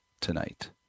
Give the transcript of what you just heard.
tonight